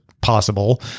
possible